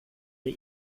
det